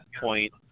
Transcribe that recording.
point